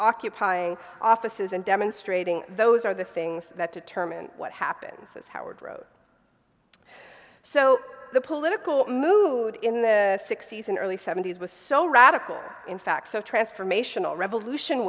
occupying offices and demonstrating those are the things that determine what happens as howard wrote so the political mood in the sixty's and early seventy's was so radical in fact so transformational revolution